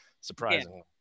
surprisingly